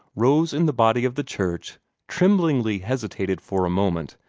rose in the body of the church tremblingly hesitated for a moment,